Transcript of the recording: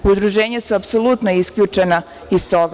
Udruženja su apsolutno isključena iz toga.